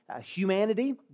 humanity